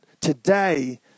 today